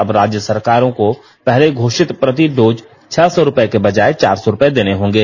अब राज्य सरकारों को पहले घोषित प्रति डोज छह सौ रुपये की बजाय चार सौ रुपये देने होंगे